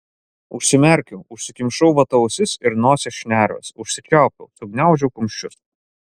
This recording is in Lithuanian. užsimerkiau užsikimšau vata ausis ir nosies šnerves užsičiaupiau sugniaužiau kumščius